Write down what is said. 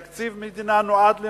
תקציב מדינה נועד למה,